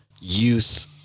youth